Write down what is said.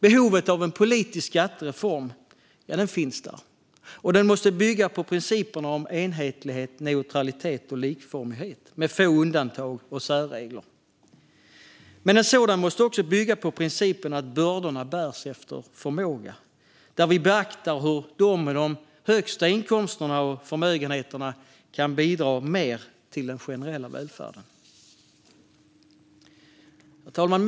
Behovet av en politisk skattereform finns, och reformen måste bygga på principerna om enhetlighet, neutralitet och likformighet, med få undantag och särregler. Men en sådan måste också bygga på principen att bördorna bärs efter förmåga där vi beaktar hur de med de högsta inkomsterna och förmögenheterna kan bidra mer till den generella välfärden. Herr talman!